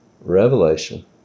revelation